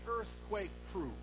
earthquake-proof